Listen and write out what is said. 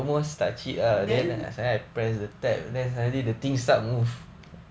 then